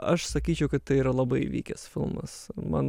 aš sakyčiau kad tai yra labai vykęs filmas man